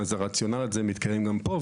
אז הרציונל הזה מתקיים גם פה.